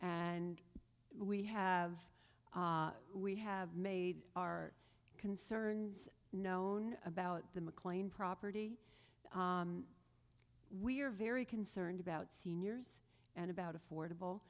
and we have we have made our concerns known about the mclean property we are very concerned about seniors and about affordable